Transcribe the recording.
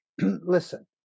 listen